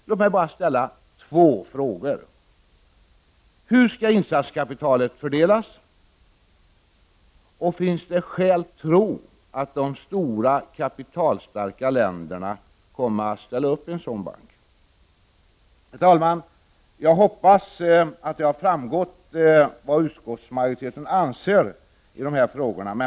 Låt mig bara ställa två frågor: Hur skall insatskapitalet fördelas? Finns det skäl att tro att de stora kapitalstarka länderna kommer att ställa upp i en sådan bank? Herr talman! Jag hoppas att det har framgått vad utskottsmajoriteten anser i dessa frågor.